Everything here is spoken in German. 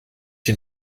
den